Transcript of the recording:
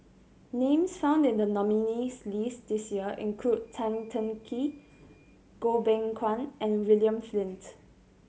names found in the nominees' list this year include Tan Teng Kee Goh Beng Kwan and William Flint